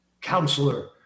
counselor